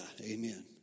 amen